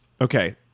Okay